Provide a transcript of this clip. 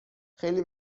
خیلی